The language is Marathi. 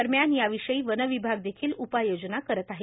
दरम्यान याविषयी वन विभाग देखील उपाययोजना करत आहे